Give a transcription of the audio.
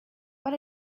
but